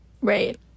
Right